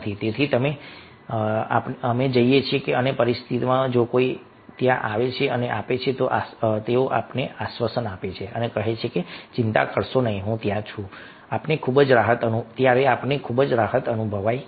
તેથી અમે જઈએ છીએ અને આ પરિસ્થિતિમાં જો કોઈ ત્યાં આવે છે અને આપે છે આશ્વાસન આપે છે અને કહે છે કે ચિંતા કરશો નહીં હું ત્યાં છું અમને ખૂબ જ રાહત અનુભવાય છે